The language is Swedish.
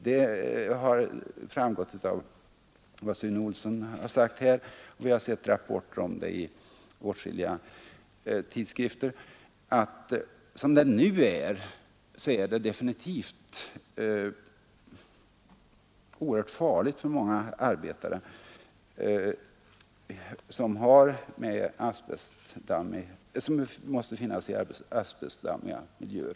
Det har framgått av vad Sune Olsson har sagt här och av rapporter i åtskilliga tidskrifter att de nuvarande förhållandena är oerhört farliga för många arbetare som måste vistas i asbestdammiga miljöer.